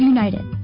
United